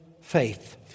faith